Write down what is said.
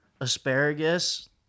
asparagus